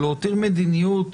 אבל להותיר מדיניות